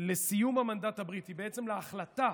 לסיום המנדט הבריטי, בעצם להחלטה